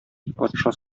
патша